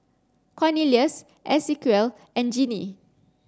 Cornelius Esequiel and Genie